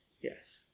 Yes